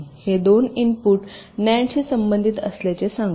हे दोन input nand शी संबंधित असल्याचे सांगू